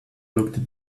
looked